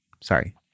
sorry